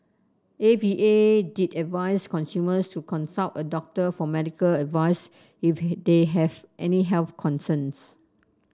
A V A did advice consumers to consult a doctor for medical advice if they have any health concerns